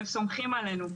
הם סומכים עלינו.